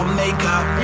makeup